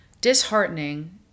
disheartening